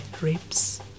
ribs